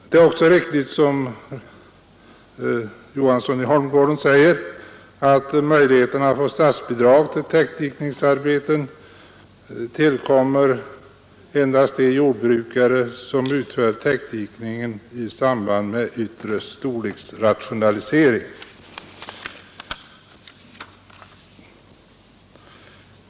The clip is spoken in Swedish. Det är också riktigt, som herr Johansson i Holmgården sade, att statsbidrag till täckdikningsarbeten endast tillkommer de jordbrukare som utför täckdikningen i samband med en yttre storleksrationalisering.